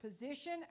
position